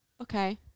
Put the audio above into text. okay